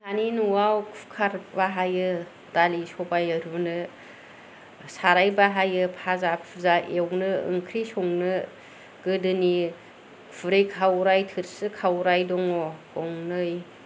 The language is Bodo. दानि न'आव कुकार बाहायो दालि सबाय रुनो साराय बाहायो भाजा भुजा एवनो ओंख्रि संनो गोदोनि खुरै खावराय थोरसि खावराय दङ गंनै